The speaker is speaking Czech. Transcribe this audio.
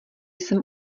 jsem